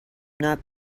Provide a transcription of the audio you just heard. not